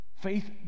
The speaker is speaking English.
Faith